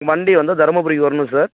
வண்டி வந்து தர்மபுரிக்கு வரணும் சார்